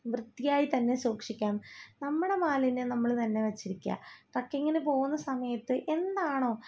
വൃത്തിയായിത്തന്നെ സൂക്ഷിക്കാം നമ്മുടെ മാലിന്യം നമ്മൾ തന്നെ വെച്ചിരിക്കുക ട്രക്കിങ്ങിന് പോകുന്ന സമയത്ത് എന്താണോ